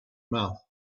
mouth